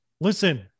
listen